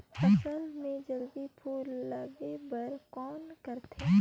फसल मे जल्दी फूल लगे बर कौन करथे?